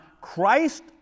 Christ